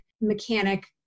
mechanic